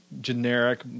generic